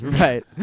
Right